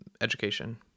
education